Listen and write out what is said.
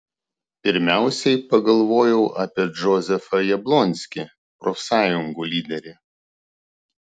pirmiausiai pagalvojau apie džozefą jablonskį profsąjungų lyderį